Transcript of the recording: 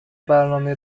برنامه